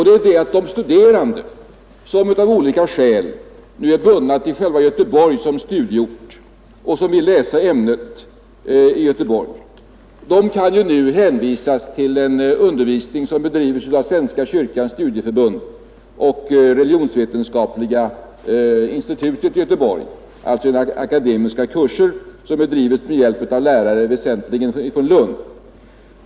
Det är att de studerande som av olika skäl är bundna till själva Göteborg som studieort och som vill läsa ämnet i Göteborg nu kan hänvisas till en undervisning som bedrivs av Svenska kyrkans studieförbund och religionsvetenskapliga institutet i Göteborg. Det är alltså akademiska kurser som bedrivs med hjälp av lärare väsentligen från Lund.